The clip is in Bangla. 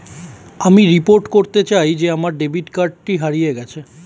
আমি রিপোর্ট করতে চাই যে আমার ডেবিট কার্ডটি হারিয়ে গেছে